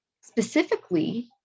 Specifically